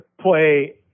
play